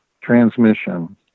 transmission